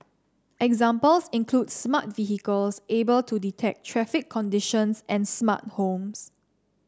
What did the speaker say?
examples include smart vehicles able to detect traffic conditions and smart homes